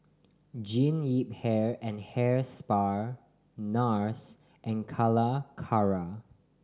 Jean Yip Hair and Hair Spa Nars and Calacara